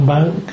Bank